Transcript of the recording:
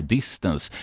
Distance